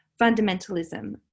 fundamentalism